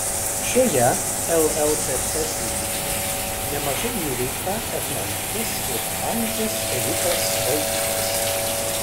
šioje llkc srityje nemažai nuveikta etnologės ir botanikės ritos balkutės